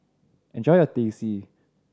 enjoy your Teh C